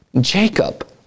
Jacob